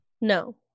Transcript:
No